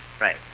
Right